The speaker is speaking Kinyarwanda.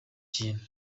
kintu